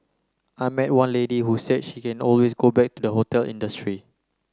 I met one lady who said she can always go back to the hotel industry